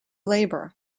labor